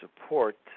support